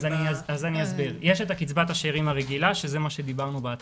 יש את קצבת השאירים הרגילה שזה מה שדיברנו בהתחלה.